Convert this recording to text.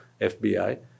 FBI